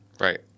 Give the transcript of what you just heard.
Right